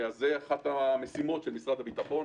זאת אחת המשימות של משרד הביטחון,